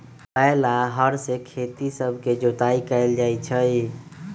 बैल आऽ हर से खेत सभके जोताइ कएल जाइ छइ